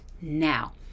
now